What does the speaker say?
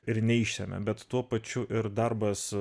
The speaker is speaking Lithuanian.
ir neišsemia bet tuo pačiu ir darbas